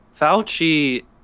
Fauci